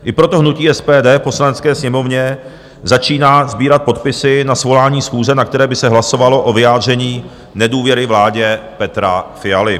I proto hnutí SPD v Poslanecké sněmovně začíná sbírat podpisy na svolání schůze, na které by se hlasovalo o vyjádření nedůvěry vládě Petra Fialy.